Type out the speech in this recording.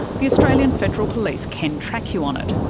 the australian federal police can track you on it,